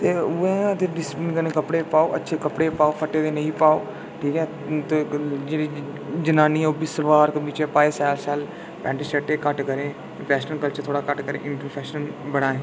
ते उ'ऐ ऐ कि डिसिपलीन कन्नै कपड़े पाओ अच्छे कपड़े पाओ फट्टे दे नेईं पाओ ठीक ऐ ते जेह्ड़ी जनानियां ओह्बी सलवार कमीजां पाए ओह् बी शैल शैल पैंट शर्टें घट्ट करन वैस्ट्रन कल्चर थोह्ड़ा घट्ट करन इंडियन कल्चर बधान